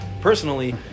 personally